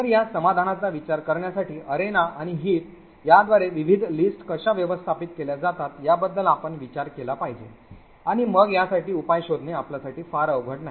तर या समाधानाचा विचार करण्यासाठी arena आणि heat याद्वारे विविध lists कशा व्यवस्थापित केल्या जातात याबद्दल आपण विचार केला पाहिजे आणि मग यासाठी उपाय शोधणे आपल्यासाठी फार अवघड नाही